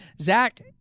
Zach